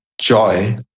joy